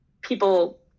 people